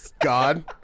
God